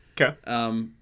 Okay